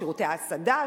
שירותי ההסעדה,